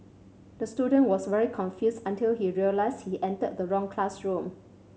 the student was very confused until he realised he entered the wrong classroom